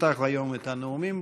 תפתח היום את הנאומים.